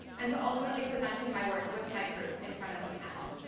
and to ultimately presenting my work with my group in front of a panel.